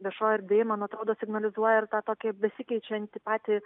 viešoj erdvėj man atrodo signalizuoja ir tą tokią besikeičiantį patį